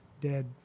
dead